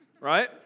right